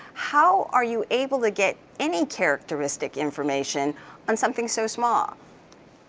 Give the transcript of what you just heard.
how are you able to get any characteristic information on something so small?